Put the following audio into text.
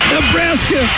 Nebraska